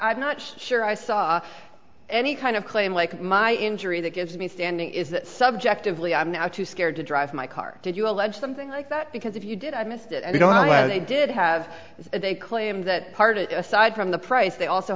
'm not sure i saw any kind of claim like my injury that gives me standing is that subjectively i'm now too scared to drive my car did you allege something like that because if you did i missed you don't know what they did have they claim that part of it aside from the price they also